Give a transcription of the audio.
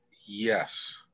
Yes